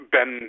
Ben